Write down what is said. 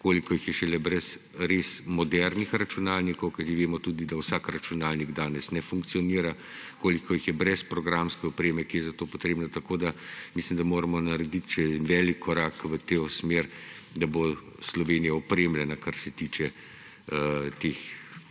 koliko jih je šele brez res modernih računalnikov, ker vidimo tudi, da vsak računalnik danes ne funkcionira. Koliko jih je brez programske opreme, ki je za to potrebna. Tako mislim, da moramo narediti še velik korak v to smer, da bo Slovenija opremljena, kar se tiče teh